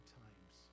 times